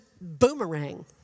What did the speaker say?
boomerang